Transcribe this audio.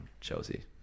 Chelsea